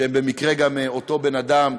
שבמקרה זה גם אותו בן אדם.